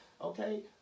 Okay